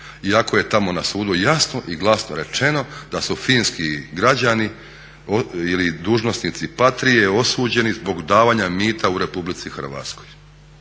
iako je tamo na sudu jasno i glasno rečeno da su finski građani ili dužnosnici Patrije osuđeni zbog davanja mita u RH, potpuno jasno